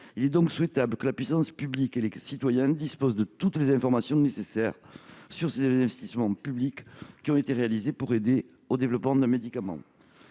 Il est donc souhaitable que la puissance publique et les citoyens disposent de toutes les informations nécessaires sur les investissements publics qui ont été réalisés pour aider au développement d'un médicament.